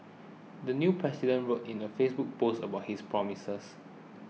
the new president wrote in a Facebook post about his promises